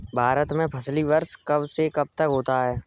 भारत में फसली वर्ष कब से कब तक होता है?